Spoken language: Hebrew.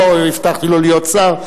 לא הבטחתי לו להיות שר,